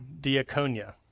diaconia